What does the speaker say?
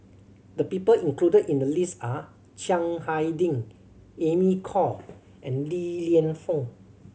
the people included in the list are Chiang Hai Ding Amy Khor and Li Lienfung